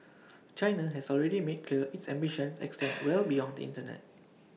China has already made clear its ambitions extend well beyond the Internet